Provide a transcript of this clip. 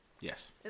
Yes